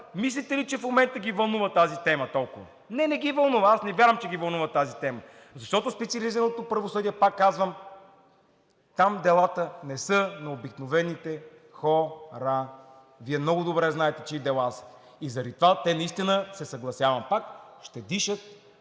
мислите ли, че в момента ги вълнува тази тема толкова? Не, не ги вълнува. Не вярвам, че ги вълнува тази тема. Защото специализираното правосъдие, пак казвам, там делата не са на обикновените хо-ра. Вие много добре знаете чии дела, и заради това те наистина, съгласявам се пак, ще дишат